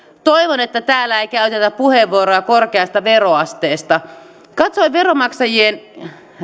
toivon että täällä ei käytetä puheenvuoroja korkeasta veroasteesta katsoin veronmaksajien